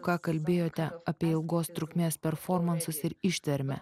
ką kalbėjote apie ilgos trukmės performansus ir ištvermę